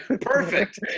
perfect